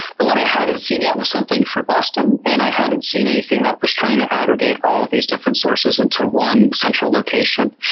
but what i hadn't seen yet was something for boston, and i hadn't seen anything that was trying to aggregate all these different sources into one central location.